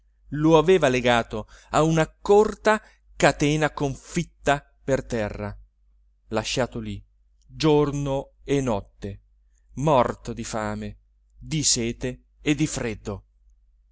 lo aveva legato a una corta catena confitta per terra lasciato lì giorno e notte morto di fame di sete e di freddo